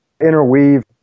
interweave